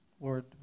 Lord